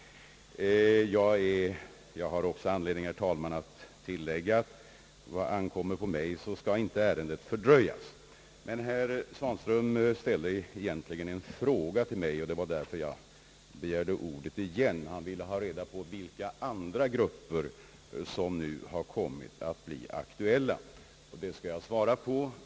Jag har också anledning, herr talman, att tillägga, att vad på mig ankommer, skall inte ärendet fördröjas. Men herr Svanström ställde en fråga till mig, och det var därför jag begärde ordet igen. Han ville veta vilka andra grupper som kommit att bli aktuella.